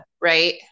right